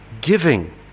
giving